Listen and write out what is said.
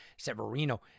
Severino